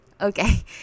Okay